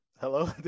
hello